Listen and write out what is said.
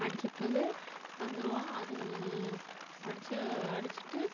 அடித்த பிறகு வந்துடுவோம் அது அடித்த அடித்துட்டு